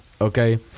Okay